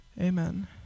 amen